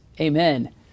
amen